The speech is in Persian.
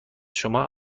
شما